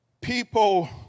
People